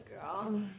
girl